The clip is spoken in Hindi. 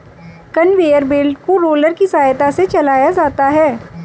कनवेयर बेल्ट को रोलर की सहायता से चलाया जाता है